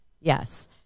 Yes